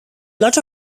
lot